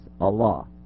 Allah